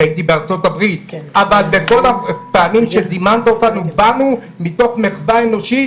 הייתי בארצות הברית בכל הפעמים שזימנת אותנו באנו מתוך מחווה אנושית